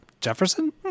jefferson